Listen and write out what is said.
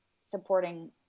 supporting